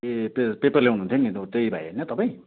ए पे पेपर ल्याउनु हुन्थ्यो नि हो त्यही भाइ होइन तपाईँ